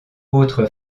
autre